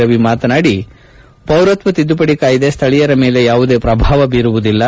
ರವಿ ಮಾತನಾಡಿ ಪೌರತ್ವ ತಿದ್ದುಪಡಿ ಕಾಯ್ದೆ ಸ್ಥಳೀಯರ ಮೇಲೆ ಯಾವುದೇ ಪ್ರಭಾವ ಬೀರುವುದಿಲ್ಲ